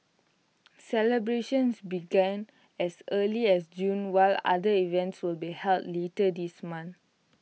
celebrations began as early as June while other events will be held later this month